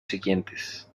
siguientes